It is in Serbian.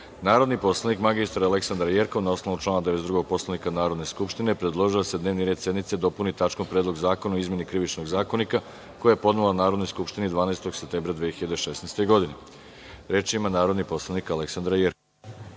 predlog. Narodni poslanik mr Aleksandra Jerkov, na osnovu člana 92. Poslovnika Narodne skupštine, predložila je da se dnevni red sednice dopuni tačkom – Predlog zakona o izmeni Krivičnog zakonika, koji je podnela Narodnoj skupštini 12. septembra 2016. godine. Reč ima narodni poslanik Aleksandra Jerkov.